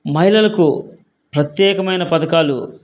మహిళలకు ప్రత్యేకమైన పథకాలు